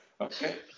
Okay